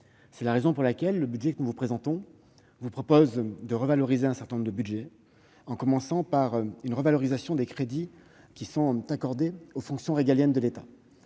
C'est la raison pour laquelle le budget que nous vous présentons prévoit de revaloriser un certain nombre de budgets, en commençant par les crédits accordés aux fonctions régaliennes de l'État.